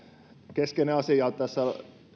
keskeinen asia tässä